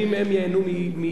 מחיים הרבה יותר טובים.